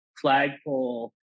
flagpole